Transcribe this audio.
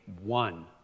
one